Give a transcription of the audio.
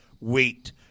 wait